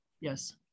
Yes